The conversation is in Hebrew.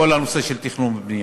הוא כל נושא התכנון והבנייה.